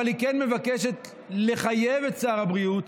אבל היא כן מבקשת לחייב את שר הבריאות